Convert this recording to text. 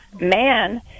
man